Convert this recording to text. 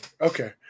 Okay